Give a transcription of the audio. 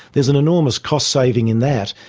there is an enormous cost saving in that,